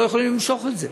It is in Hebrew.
לא יכולים למשוך את זה,